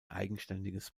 eigenständiges